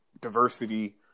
diversity